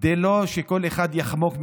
כדי שלא כל אחד יחמוק מאחריות.